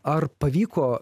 ar pavyko